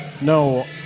No